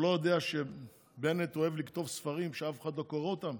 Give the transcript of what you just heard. הוא לא יודע שבנט אוהב לכתוב ספרים שאף אחד לא קורא אותם?